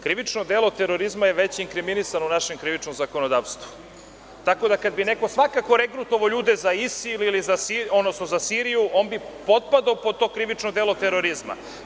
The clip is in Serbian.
Krivično delo terorizma je već inkriminisano u našem krivičnom zakonodavstvu, tako da kada bi neko svakako regrutovao ljude za ISIS, odnosno za Siriju, on bi potpadao pod to krivično delo terorizma.